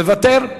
מוותר?